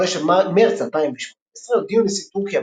בחודש מרץ 2018 הודיעו נשיא טורקיה